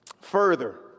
Further